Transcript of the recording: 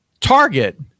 target